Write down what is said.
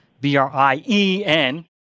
B-R-I-E-N